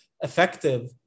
effective